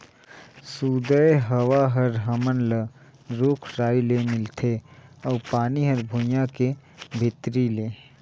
सुदय हवा हर हमन ल रूख राई के मिलथे अउ पानी हर भुइयां के भीतरी ले